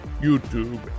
YouTube